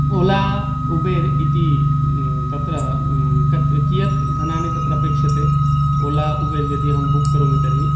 Ola Uber इति तत्र कत् कियत् धनानि तत्र अपेक्ष्यते ओल उबेर् यदि अहं बुक् करोमि तर्हि